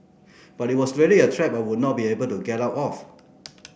but it was really a trap I would not be able to get out of